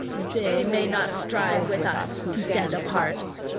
they may not strive with us who stand apart,